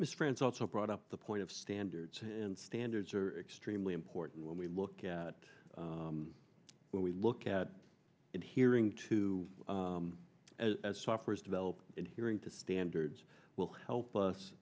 misprints also brought up the point of standards and standards are extremely important when we look at when we look at it hearing to as toppers develop it hearing to standards will help us